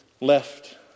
left